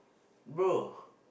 bro